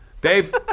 Dave